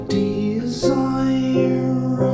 desire